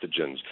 pathogens